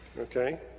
Okay